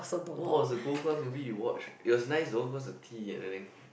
what was the gold class movie we watched it was nice though cause the tea and everything